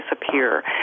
disappear